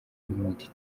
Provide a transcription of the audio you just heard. ndi